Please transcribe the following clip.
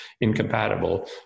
incompatible